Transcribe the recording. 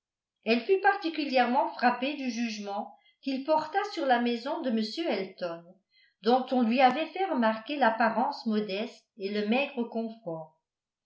elle fut particulièrement frappée du jugement qu'il porta sur la maison de m elton dont on lui avait fait remarquer l'apparence modeste et le maigre confort